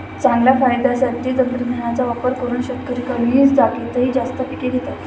चांगल्या फायद्यासाठी तंत्रज्ञानाचा वापर करून शेतकरी कमी जागेतही जास्त पिके घेतात